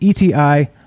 ETI